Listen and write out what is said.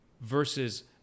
versus